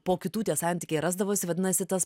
po kitų tie santykiai rasdavosi vadinasi tas